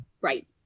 Right